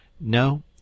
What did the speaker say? No